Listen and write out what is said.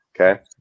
Okay